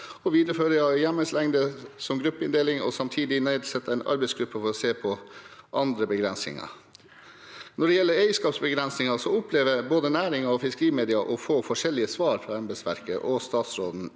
og videreføring av en hjemmelslengde som gruppeinndeling og samtidig nedsette en arbeidsgruppe for å se på andre begrensninger. Når det gjelder eierskapsbegrensninger, opplever både næringen og fiskerimedia å få forskjellige svar fra embetsverket og statsråden